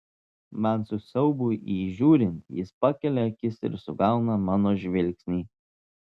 man su siaubui į jį žiūrint jis pakelia akis ir sugauna mano žvilgsnį